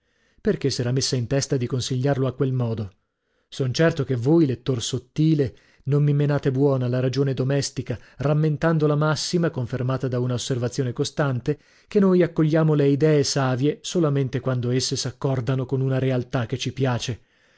perchè s'era messa in testa di consigliarlo a quel modo son certo che voi lettor sottile non mi menate buona la ragione domestica rammentando la massima confermata da una osservazione costante che noi accogliamo le idee savie solamente quando esse s'accordano con una realtà che ci piace